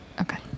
Okay